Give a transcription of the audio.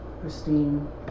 pristine